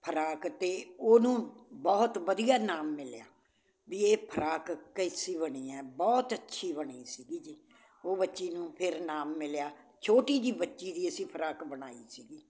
frock ਅਤੇ ਉਹਨੂੰ ਬਹੁਤ ਵਧੀਆ ਇਨਾਮ ਮਿਲਿਆ ਵੀ ਇਹ ਫਰਾਕ ਕੈਸੀ ਬਣੀ ਹੈ ਬਹੁਤ ਅੱਛੀ ਬਣੀ ਸੀਗੀ ਜੀ ਉਹ ਬੱਚੀ ਨੂੰ ਫਿਰ ਇਨਾਮ ਮਿਲਿਆ ਛੋਟੀ ਜਿਹੀ ਬੱਚੀ ਦੀ ਅਸੀਂ ਫਰਾਕ ਬਣਾਈ ਸੀਗੀ